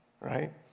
right